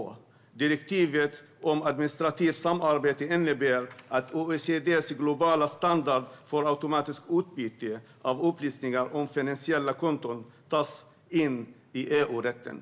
Direktivet om administrativt samarbete innebär att OECD:s globala standard för automatiskt utbyte av upplysningar om finansiella konton tas in i EU-rätten.